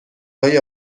های